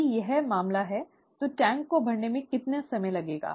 यदि यह मामला है तो टैंक को भरने में कितना समय लगेगा